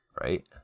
Right